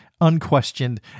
Unquestioned